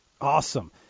Awesome